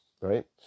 right